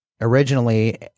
originally